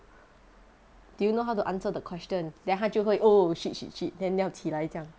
do you know how to answer the question then 他就会 oh shit shit shit then 要起来这样